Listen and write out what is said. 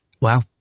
Wow